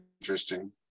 interesting